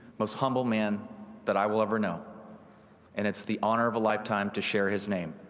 most humble man that i will ever know and it's the honor of a lifetime to share his name.